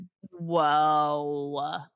Whoa